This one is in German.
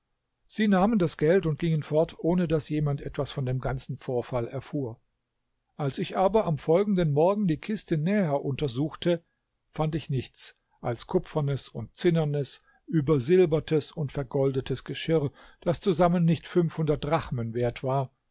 sie nahmen das geld und gingen fort ohne daß jemand etwas von dem ganzen vorfall erfuhr als ich aber am folgenden morgen die kiste näher untersuchte fand ich nichts als kupfernes und zinnernes übersilbertes und vergoldetes geschirr das zusammen nicht fünfhundert drachmen wert war